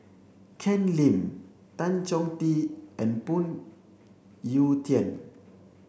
Ken Lim Tan Chong Tee and Phoon Yew Tien